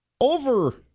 over